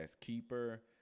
Keeper